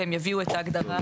והם יביאו את ההגדרה,